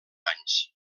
anys